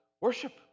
worship